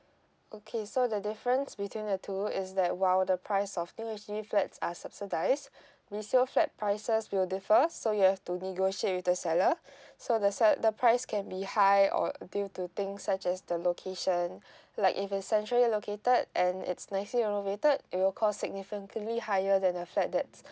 okay so the difference between the two is that while the price of new H_D_B flats are subsidised resale flat prices will differ so you have to negotiate with the seller so the sell the price can be high or due to things such as the location like if it's centrally located and it's nicely renovated it will cost significantly higher than the flat that